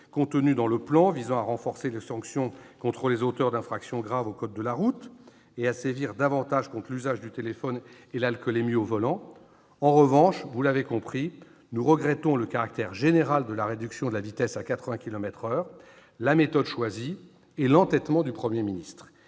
contenues dans le plan visant à renforcer les sanctions contre les auteurs d'infractions graves au code de la route et à sévir davantage contre l'usage du téléphone et l'alcoolémie au volant. En revanche, vous l'avez compris, nous regrettons le caractère général de la réduction de la vitesse à 80 kilomètres par heure, la méthode choisie et l'entêtement du Premier ministre.